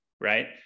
right